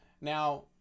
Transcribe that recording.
Now